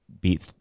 beat